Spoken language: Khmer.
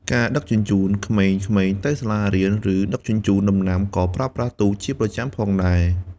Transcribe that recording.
ការដឹកជញ្ជូនក្មេងៗទៅសាលារៀន ឬដឹកជញ្ជូនដំណាំក៏ប្រើប្រាស់ទូកជាប្រចាំផងដែរ។